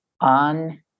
on